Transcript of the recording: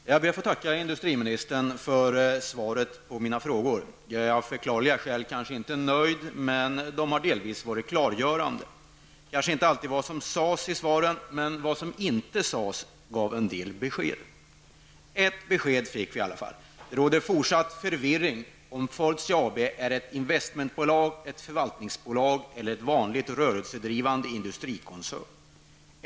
Fru talman! Jag ber att få tacka industriministern för svaret på mina frågor. Jag är av förklarliga skäl kanske inte nöjd, men det har delvis varit klargörande. Det kanske inte alltid är det som sades i svaret utan vad som inte sades som gav en del besked. Ett besked fick vi i alla fall: Det råder fortsatt förvirring om Fortia AB är ett investmentbolag, ett förvaltningsbolag eller en vanlig rörelsedrivande industrikoncern.